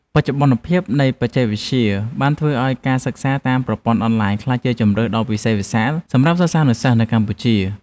បច្ចុប្បន្នភាពនៃបច្ចេកវិទ្យាបានធ្វើឱ្យការសិក្សាតាមប្រព័ន្ធអនឡាញក្លាយជាជម្រើសដ៏វិសេសវិសាលសម្រាប់សិស្សានុសិស្សនៅកម្ពុជា។